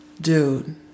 dude